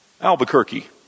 Albuquerque